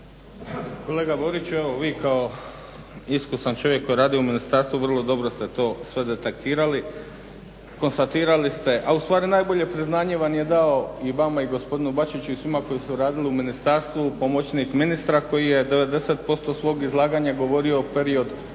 Kolega Boriću, evo vi kao iskusan čovjek koji radi u ministarstvu vrlo dobro ste to detektirali, konstatirali ste a ustvari najbolje priznanje vam je dao i gospodinu Bačiću i svima koji su radili u ministarstvu pomoćnik ministra koji je 90% svog izlaganja govorio period